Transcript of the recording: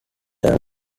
term